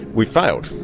we've failed.